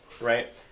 Right